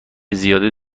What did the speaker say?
زیاده